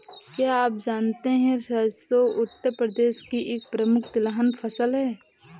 क्या आप जानते है सरसों उत्तर भारत की एक प्रमुख तिलहन फसल है?